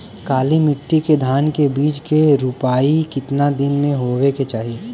काली मिट्टी के धान के बिज के रूपाई कितना दिन मे होवे के चाही?